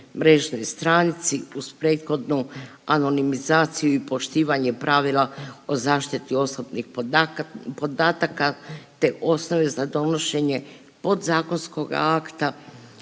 mrežnoj stranici uz prethodnu anonimizaciju i poštivanje pravila o zaštiti osobnih podataka, te osnove za donošenje podzakonskog akta